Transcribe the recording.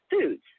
foods